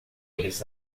eles